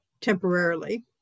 temporarily